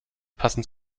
passend